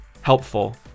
helpful